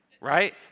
right